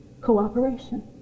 cooperation